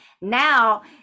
now